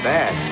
Bad